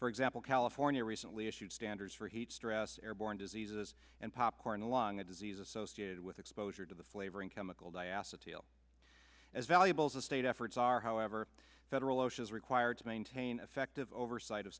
for example california recently issued standards for heat stress airborne diseases and popcorn along a disease associated with exposure to the flavoring chemical diaster t l as valuables of state efforts are however federal osha is required to maintain effective oversight of